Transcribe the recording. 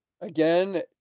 Again